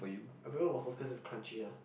I prefer waffle because it's crunchy ah